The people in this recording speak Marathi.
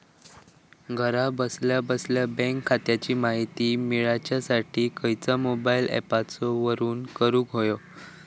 घरा बसल्या बसल्या बँक खात्याची माहिती मिळाच्यासाठी खायच्या मोबाईल ॲपाचो वापर करूक होयो?